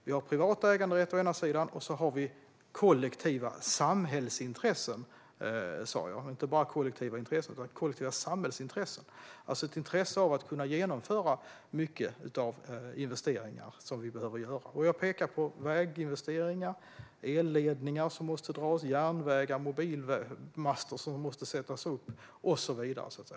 Vi har å ena sidan privat äganderätt och å andra sidan kollektiva samhällsintressen . Det var det jag sa; det handlar alltså inte bara om kollektiva intressen utan om kollektiva samhällsintressen . Vi har ett intresse av att kunna genomföra många av de investeringar vi behöver göra. Jag pekar på väginvesteringar, elledningar som måste dras, järnvägar, mobilmaster som måste sättas upp och så vidare.